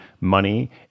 money